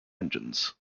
engines